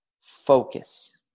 focus